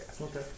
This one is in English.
Okay